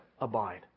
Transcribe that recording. abide